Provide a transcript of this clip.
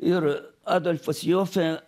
ir adolfas jofė